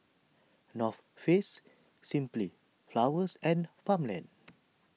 North Face Simply Flowers and Farmland